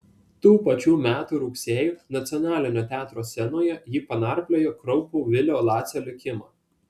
tų pačių metų rugsėjį nacionalinio teatro scenoje ji panarpliojo kraupų vilio lacio likimą